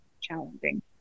challenging